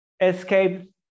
escape